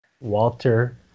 Walter